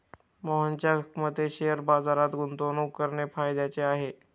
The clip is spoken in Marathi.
मोहनच्या मते शेअर बाजारात गुंतवणूक करणे फायद्याचे आहे